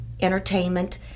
entertainment